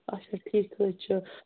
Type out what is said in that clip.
اچھا ٹھیٖک حظ چھُ